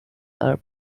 are